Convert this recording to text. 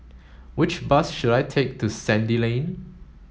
which bus should I take to Sandy Lane